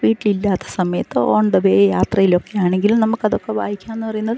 വീട്ടിലില്ലാത്ത സമയത്ത് on the way യാത്രയിലൊക്കയാണെങ്കിലും നമുക്കതൊക്കെ വായിക്കാൻ എന്ന പറയുന്നത്